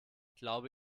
glaube